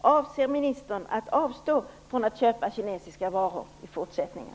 Avser ministern att avstå från att köpa kinesiska varor i fortsättningen?